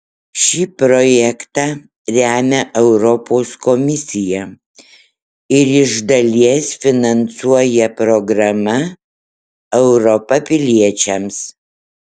šį projektą remia europos komisija ir iš dalies finansuoja programa europa piliečiams